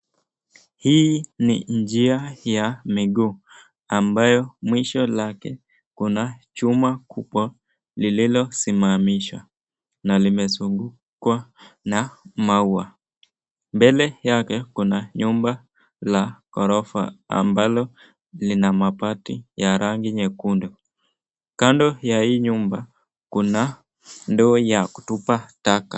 Hii ni njia ya miguu ambayo mwisho lake kuna chuma kubwa lililo simamishwa na limezungukwa na maua . Mbele yake kuna nyumba la ghorofa ambalo lina mabati ya rangi nyekundu . Kando ya hii nyumba kuna ndoo ya kutupa taka.